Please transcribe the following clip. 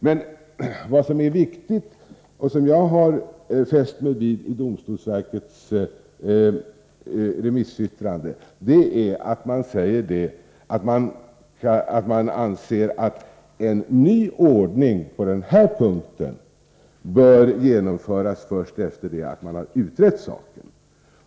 Men det som är viktigt i domstolsverkets remissyttrande och som jag har fäst mig vid är att verket anser att en ny ordning på den här punkten bör genomföras först efter det att man har utrett saken.